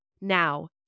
Now